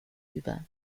über